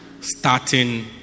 starting